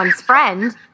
friend